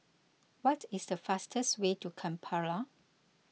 what is the fastest way to Kampala